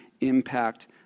impact